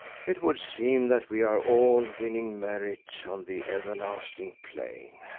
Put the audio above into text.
it would seem that we are all winning merit on the everlasting plane,